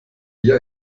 hier